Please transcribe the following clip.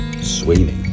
Sweeney